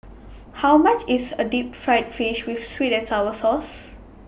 How much IS A Deep Fried Fish with Sweet and Sour Sauce